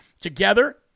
together